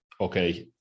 okay